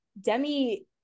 demi